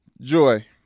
Joy